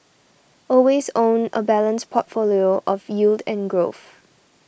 always own a balanced portfolio of yield and growth